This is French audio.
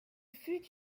fut